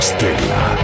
Stella